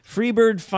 Freebird